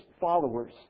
followers